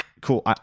cool